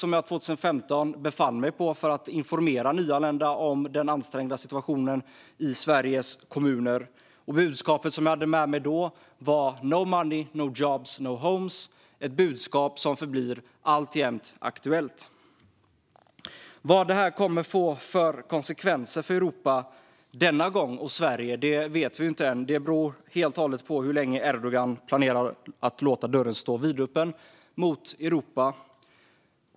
År 2015 befann jag mig på Lesbos för att informera nyanlända om den ansträngda situationen i Sveriges kommuner. Budskapet jag hade var: No money, no jobs, no homes! Det är ett budskap som alltjämt förblir aktuellt. Vilka konsekvenserna kommer att bli för Europa och Sverige denna gång vet vi inte än. Det beror helt och hållet på hur länge Erdogan planerar att låta dörren mot Europa stå vidöppen.